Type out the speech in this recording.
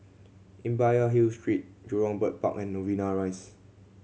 Imbiah Hill Street Jurong Bird Park and Novena Rise